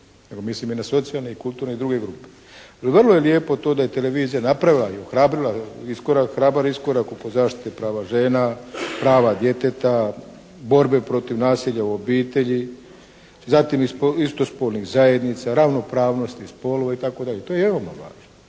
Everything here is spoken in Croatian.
mislim i na socijalne, kulturne i druge grupe. Vrlo je lijepo to da je televizija napravila i ohrabrila iskorak, hrabar iskorak oko zaštite prava žena, prava djeteta, borbe protiv nasilja u obitelji, zatim istospolnih zajednica, ravnopravnosti spolova, itd. To je ono važno,